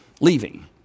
leaving